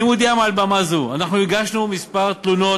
אני מודיע מעל במה זו: הגשנו כמה תלונות